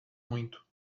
muito